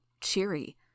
cheery